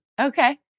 okay